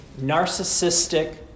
narcissistic